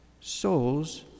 souls